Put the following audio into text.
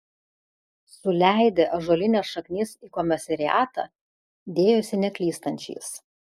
suleidę ąžuolines šaknis į komisariatą dėjosi neklystančiais